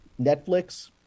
Netflix